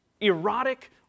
erotic